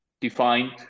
defined